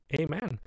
Amen